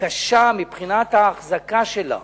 קשה מבחינת האחזקה שלה,